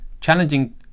challenging